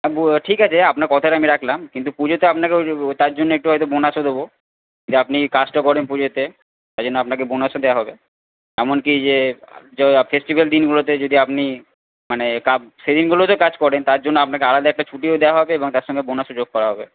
ঠিক আছে আপনার কথাটা আমি রাখলাম কিন্তু পুজোতে আপনাকে তার জন্য একটু হয়তো বোনাসও দেব যে আপনি কাজটা করেন পুজোতে তাই জন্যে আপনাকে বোনাসও দেওয়া হবে এমনকি যে ফেস্টিভ্যাল দিনগুলোতে যদি আপনি মানে সেদিনগুলোতে কাজ করেন তার জন্য আপনাকে আলাদা একটি ছুটিও দেওয়া হবে এবং তার সঙ্গে বোনাসও যোগ করা হবে